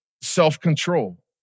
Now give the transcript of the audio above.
self-control